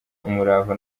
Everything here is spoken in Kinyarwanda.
umurava